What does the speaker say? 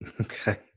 Okay